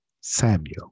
Samuel